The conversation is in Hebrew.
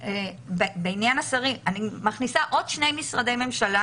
בעניין השרים אני מחזירה עוד שני משרדי ממשלה